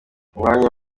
mwanya